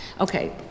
Okay